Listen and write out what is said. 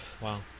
Wow